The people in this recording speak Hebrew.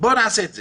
בואו נעשה את זה.